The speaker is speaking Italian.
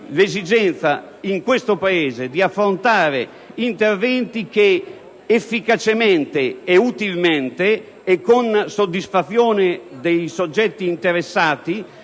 l'esigenza, in questo Paese, di prevedere interventi che efficacemente, utilmente e con soddisfazione dei soggetti interessati